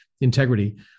integrity